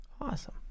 Awesome